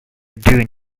doing